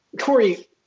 Corey